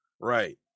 right